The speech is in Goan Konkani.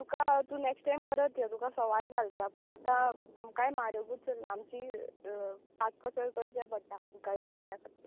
तुका हांव तूं नेक्स टायम परत यो तुका सवांय घालता पूण आतां आमकांय म्हारगूच उल्ला आमची काटकसर करची पडटा त्या खातीर